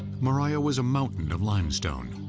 moriah was a mountain of limestone.